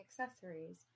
accessories